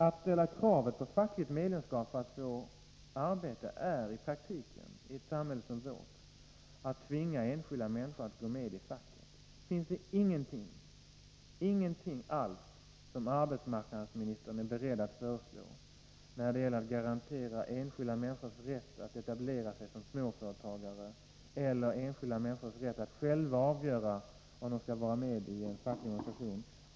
Att ställa kravet på fackligt medlemskap för att en person skall få ett arbete är i praktiken i ett samhälle som vårt detsamma som att tvinga enskilda människor att gå med i facket. Finns det ingenting alls som arbetsmarknadsministern är beredd att föreslå när det gäller att garantera enskilda människors rätt att etablera sig som småföretagare eller enskilda människors rätt att själva avgöra om de vill vara med i en facklig organisation eller inte?